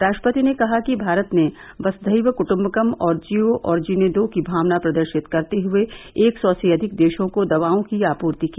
राष्ट्रपति ने कहा कि भारत ने वसुधैव क्ट्म्बकम और जियो और जीने दो की भावना प्रदर्शित करते हुए एक सौ से अधिक देशों को दवाओं की आपूर्ति की